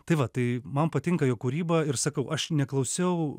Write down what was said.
tai va tai man patinka jo kūryba ir sakau aš neklausiau